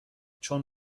چون